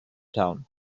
town